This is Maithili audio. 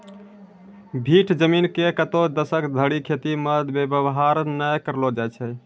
भीठ जमीन के कतै दसक धरि खेती मे वेवहार नै करलो जाय छै